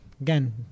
Again